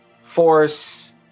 force